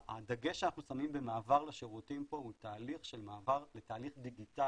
הדגש שאנחנו שמים במעבר לשירותים פה הוא תהליך של מעבר לתהליך דיגיטלי,